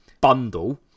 bundle